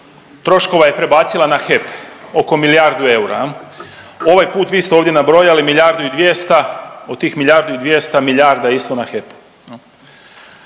troškova je prebacila na HEP oko milijardu eura, ovaj put vi ste ovdje nabrojali milijardu i 200 od tih milijardu i 200 milijarda isto na HEP.